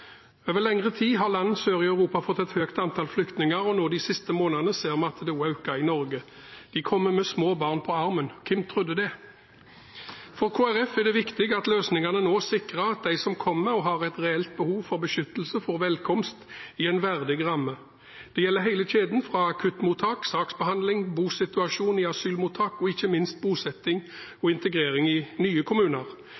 Over lengre tid har land sør i Europa fått et høyt antall flyktninger, og nå, de siste månedene, ser vi at det også øker i Norge. De kommer med små barn på armen. Hvem trodde det? For Kristelig Folkeparti er det viktig at løsningene nå sikrer at de som kommer og har et reelt behov for beskyttelse, får velkomst i en verdig ramme. Det gjelder hele kjeden – akuttmottak, saksbehandling, bosituasjon i asylmottak og ikke minst bosetting og integrering i nye kommuner.